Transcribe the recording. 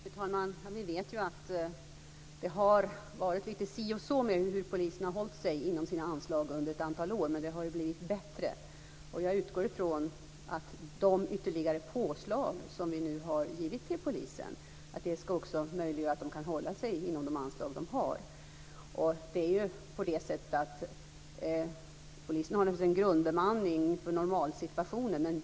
Fru talman! Vi vet att det varit lite si och så med hur polisen under ett antal år har hållit sig inom sina anslag, men det har blivit bättre. Jag utgår från att de ytterligare påslag som vi nu har givit till polisen ska möjliggöra att den kan hålla sig inom de anslag som den har fått. Polisen har naturligtvis en grundbemanning för normalsituationen.